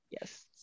Yes